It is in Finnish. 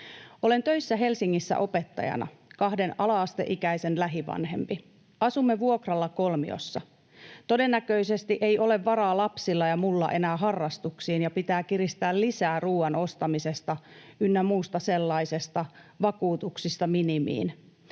”Olen töissä Helsingissä opettajana, kahden ala-asteikäisen lähivanhempi. Asumme vuokralla kolmiossa. Todennäköisesti ei ole varaa lapsilla ja mulla enää harrastuksiin ja pitää kiristää lisää ruoan ostamisesta ynnä muusta sellaisesta, vakuutuksista minimiin.